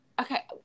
okay